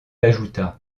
ajouta